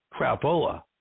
crapola